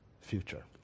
future